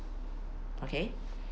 okay